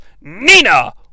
Nina